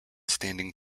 standing